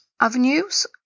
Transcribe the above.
Avenues